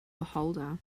beholder